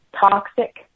toxic